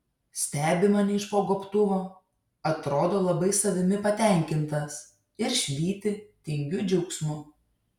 stebi mane iš po gobtuvo atrodo labai savimi patenkintas ir švyti tingiu džiaugsmu